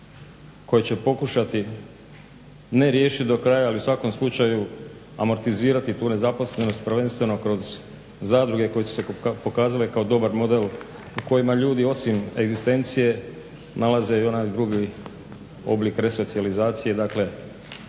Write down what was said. koje će pokušati ne riješiti do kraja, ali u svakom slučaju amortizirati tu nezaposlenost prvenstveno kroz zadruge koje su se pokazale kao dobar model u kojima ljudi osim egzistencije nalaze i onaj drugi oblik resocijalizacije,